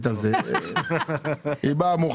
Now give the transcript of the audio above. במדינה לרשויות המקומיות ולעובדי המדינה,